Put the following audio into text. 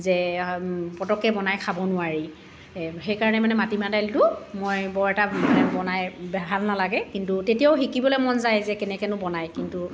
যে পতককৈ বনাই খাব নোৱাৰি সেইকাৰণে মানে মাটিমাহ দাইলটো মই বৰ এটা বনাই ভাল নালাগে কিন্তু তেতিয়াও শিকিবলৈ মন যায় যে কেনেকৈনো বনায় কিন্তু